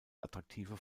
attraktive